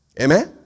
Amen